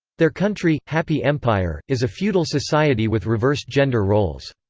their country, happy empire, is a feudal society with reversed gender roles.